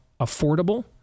affordable